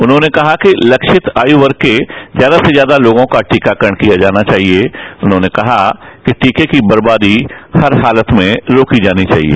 उन्होंने कहा कि तक्षित आयु वर्ग के ज्यादा से ज्यादा लोगों का टीकाकरण किया जाना चाहिए उन्होंने ने कहा कि टीके की बर्बादी हर हालत में रोक्री जानी वाहिए